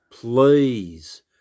please